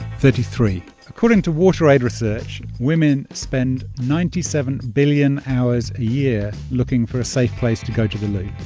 thirty-three according to wateraid research, women spend ninety seven billion hours a year looking for a safe place to go to the loo.